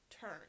turn